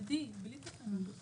מועד הוראת סימון הוא חוק מאוד חשוב.